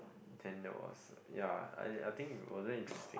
ten year olds ya I I think it wasn't interesting